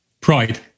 Pride